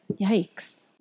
Yikes